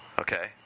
okay